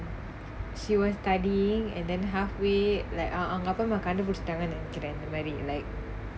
fewer studying and then halfway like our அவங்க அப்பா அம்மா கண்டு பிடிச்சிட்டாங்கனு நெனைக்கிறேன் இந்த மாறி:avanga appa amma kandu pidichitaanganu nenaikkiraen intha maari like